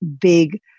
big